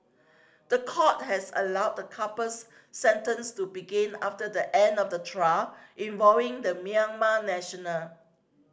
the court has allowed the couple's sentence to begin after the end of the trial involving the Myanmar national